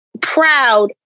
proud